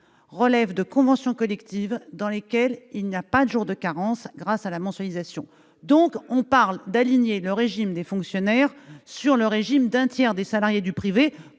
relèvent de conventions collectives qui ne prévoient pas de jours de carence, grâce à la mensualisation. On parle donc d'aligner le régime des fonctionnaires sur le régime d'un tiers des salariés du privé,